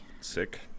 Sick